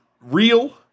real